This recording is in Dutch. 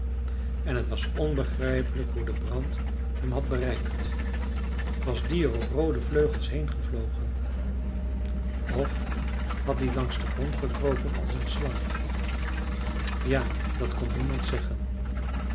en t was onbegrijpelijk hoe de brand hem had bereikt was die er op roode vleugels heengevlogen of had die langs den grond gekropen als een slang ja dat kon niemand zeggen